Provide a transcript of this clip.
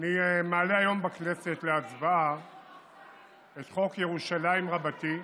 אני מעלה היום בכנסת להצבעה את חוק ירושלים רבתי,